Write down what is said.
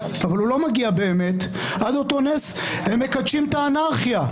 אבל הוא לא מגיע באמת עד אותו נס הם מקדשים את האנרכיה,